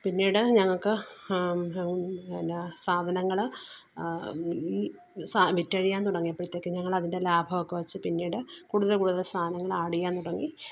പിന്നീട് ഞങ്ങള്ക്ക് എന്നാ സാധനങ്ങള് ഈ വിറ്റഴിയാൻ തുടങ്ങിയപ്പോഴത്തേക്കും ഞങ്ങളതിൻ്റെ ലാഭമൊക്കെ വച്ച് പിന്നീട് കൂടുതൽ കൂടുതൽ സാധനങ്ങൾ ആഡ് ചെയ്യാൻ തുടങ്ങി